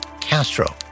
Castro